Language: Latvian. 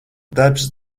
darbs